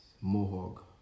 mohawk